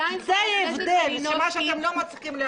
זה ההבדל אותו אתם לא מצליחים להבין.